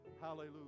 Hallelujah